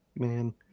Man